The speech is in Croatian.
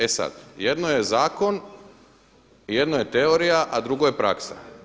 E sada, jedno je zakon, jedno je teorija, a drugo je praksa.